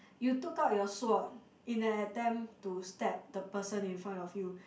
you took out your sword in an attempt to stab the person in front of you